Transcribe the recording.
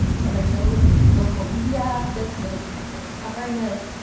you know, there's no local media that's really consistently covering this.